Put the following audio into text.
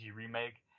remake